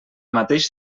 mateix